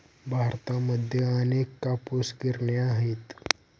भारतामध्ये अनेक कापूस गिरण्या आहेत